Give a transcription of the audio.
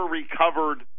recovered